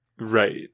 Right